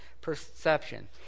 perception